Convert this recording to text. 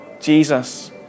Jesus